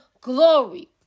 glory